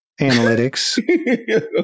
Analytics